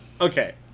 Okay